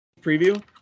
preview